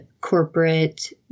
corporate